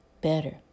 better